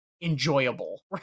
enjoyable